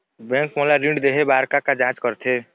Bank मोला ऋण देहे बार का का जांच करथे?